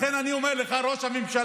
לכן אני אומר לך, ראש הממשלה,